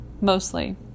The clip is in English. Mostly